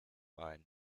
ein